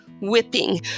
Whipping